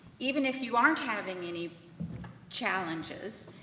even if you aren't having any challenges,